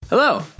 Hello